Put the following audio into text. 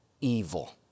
evil